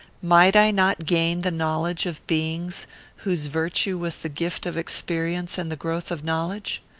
might i not gain the knowledge of beings whose virtue was the gift of experience and the growth of knowledge?